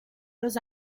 los